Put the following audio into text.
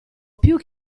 più